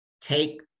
take